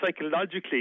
psychologically